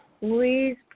please